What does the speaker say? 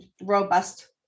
robust